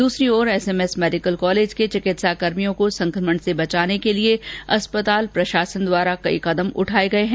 दूसरी ओर SMS medical college के चिकित्साकर्मियों को संकमण से बचाने के लिए अस्पताल प्रशासन द्वारा कई कदम उठाये गये हैं